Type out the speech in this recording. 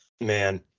man